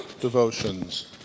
devotions